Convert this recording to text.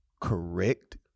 correct